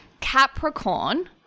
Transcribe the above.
Capricorn